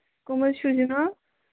کٔم حظ چھِو جِناب